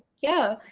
yeah!